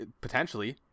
potentially